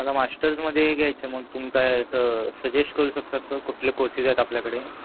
मला मास्टर्समध्ये घ्यायचं मग तुमचा सजेश्ट करू शकतात का कुठले कोर्सीस आहेत आपल्याकडे